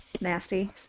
Nasty